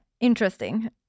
interesting